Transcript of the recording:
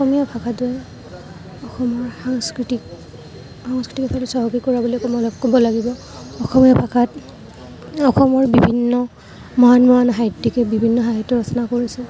অসমীয়া ভাষাটোৱে অসমৰ সাংস্কৃতিক সাংস্কৃতিকতা চহকী কৰা বুলি ক'ব ক'ব লাগিব অসমীয়া ভাষাত অসমৰ বিভিন্ন মহান মহান সাহিত্যিকে বিভিন্ন সাহিত্য ৰচনা কৰিছে